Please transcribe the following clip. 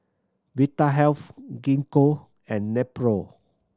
Vitahealth Gingko and Nepro